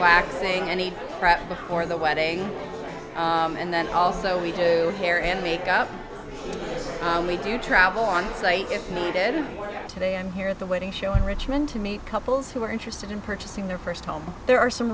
crap before the wedding and then also we do hair and makeup we do travel on site if needed today i'm here at the wedding show in richmond to meet couples who are interested in purchasing their first home there are some